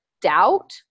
doubt